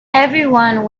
everyone